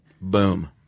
Boom